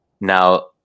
now